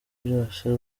byose